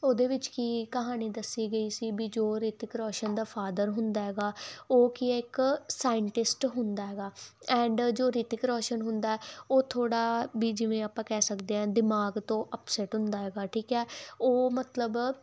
ਉਹਦੇ ਵਿੱਚ ਕੀ ਕਹਾਣੀ ਦੱਸੀ ਗਈ ਸੀ ਵੀ ਜੋ ਰਿਤਿਕ ਰੋਸ਼ਨ ਦਾ ਫਾਦਰ ਹੁੰਦਾ ਹੈਗਾ ਉਹ ਕੀ ਹੈ ਇੱਕ ਸਾਇੰਟਿਸਟ ਹੁੰਦਾ ਹੈਗਾ ਐਂਡ ਜੋ ਰਿਤਿਕ ਰੋਸ਼ਨ ਹੁੰਦਾ ਉਹ ਥੋੜਾ ਵੀ ਜਿਵੇਂ ਆਪਾਂ ਕਹਿ ਸਕਦੇ ਆਂ ਦਿਮਾਗ ਤੋਂ ਅਪਸੈਟ ਹੁੰਦਾ ਹੈਗਾ ਠੀਕ ਹ ਉਹ ਮਤਲਬ